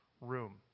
room